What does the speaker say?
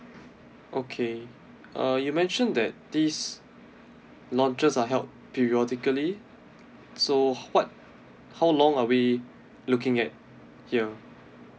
okay uh you mentioned that this not just uh held periodically so what how long are we looking at here